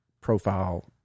profile